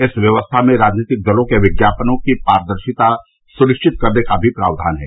इस व्यवस्था में राजनीतिक दलों के विज्ञापनों की पारदर्शिता सुनिश्चित करने का भी प्रावधान है